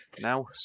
Now